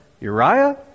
Uriah